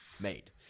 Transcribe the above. made